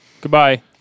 Goodbye